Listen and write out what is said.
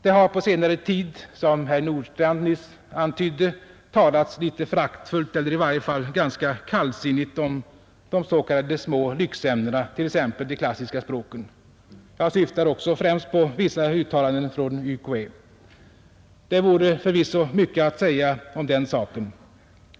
Det har på senaste tiden — som herr Nordstrandh nyss antydde — talats litet föraktfullt eller i varje fall ganska kallsinnigt om de s.k. små lyxämnena, t.ex. de klassiska språken. Jag syftar också främst på vissa uttalanden från UKÄ. Det vore förvisso mycket att säga om den saken.